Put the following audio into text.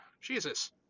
Jesus